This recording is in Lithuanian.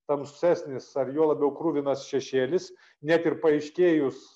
tamsesnis ar juo labiau kruvinas šešėlis net ir paaiškėjus